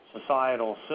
societal